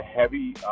heavy